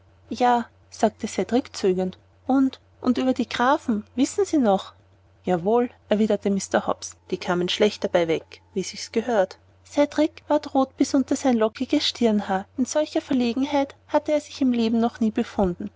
ja sagte cedrik zögernd und und über die grafen wissen sie noch jawohl erwiderte mr hobbs die kamen schlecht weg dabei wie sich's gehört cedrik ward rot bis unter sein lockiges stirnhaar in solcher verlegenheit hatte er sich im leben noch nie befunden